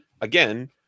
again